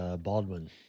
Baldwin